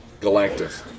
Galactus